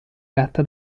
gatta